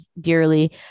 dearly